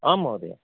आं महोदया